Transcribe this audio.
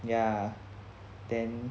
ya then